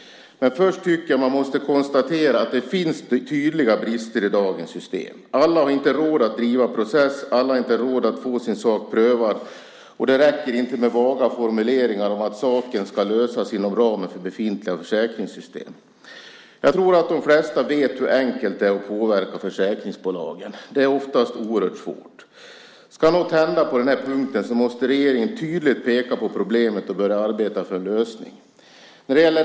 Men först tycker jag att man måste konstatera att det finns tydliga brister i dagens system. Alla har inte råd att driva process, alla har inte råd att få sin sak prövad. Det räcker inte med vaga formuleringar om att saken ska lösas inom ramen för befintliga försäkringssystem. Jag tror att de flesta vet hur "enkelt" det är att påverka försäkringsbolagen. Det är oftast oerhört svårt. Ska något hända på den här punkten måste regeringen tydligt peka på problemet och börja arbeta för en lösning.